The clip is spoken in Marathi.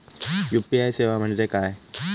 यू.पी.आय सेवा म्हणजे काय?